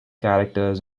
characters